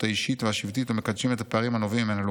האישית והשבטית ומקדשים את הפערים הנובעים ממנה.